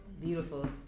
Beautiful